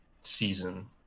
season